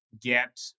get